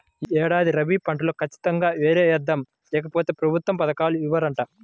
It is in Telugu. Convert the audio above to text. యీ ఏడాది రబీ పంటలో ఖచ్చితంగా వరే యేద్దాం, లేకపోతె ప్రభుత్వ పథకాలు ఇవ్వరంట